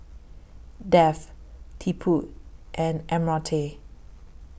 Dev Tipu and Amartya